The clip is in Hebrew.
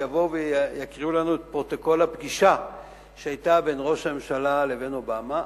שיבוא ויקריאו לנו את פרוטוקול הפגישה שהיתה בין ראש הממשלה לבין אובמה.